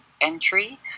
entry